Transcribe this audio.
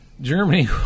Germany